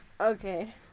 Okay